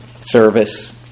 Service